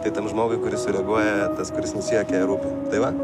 tai tam žmogui kuris sureaguoja tas kuris nusijuokia rūpi tai va